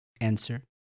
answer